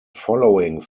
following